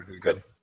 Good